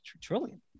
Trillion